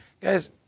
Guys